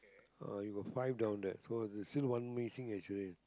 uh you got five down there so there's still one missing actually